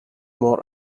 more